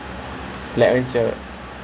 the is old